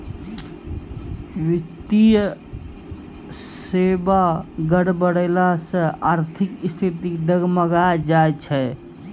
वित्तीय सेबा गड़बड़ैला से आर्थिक स्थिति डगमगाय जाय छै